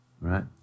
right